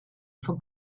for